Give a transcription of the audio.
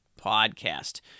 podcast